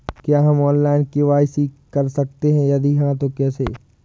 क्या हम online KYC कर सकते हैं यदि हाँ तो कैसे?